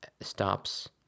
Stops